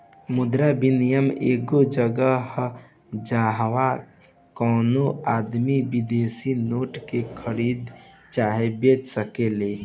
मुद्रा विनियम एगो जगह ह जाहवा कवनो आदमी विदेशी नोट के खरीद चाहे बेच सकेलेन